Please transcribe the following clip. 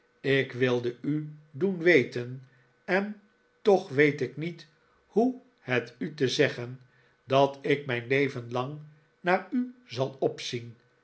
ik wilde u doen weten en toch weet ik niet hoe het u te zeggen dat ik mijn leven lang riaar u zal opzien